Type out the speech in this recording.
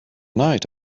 night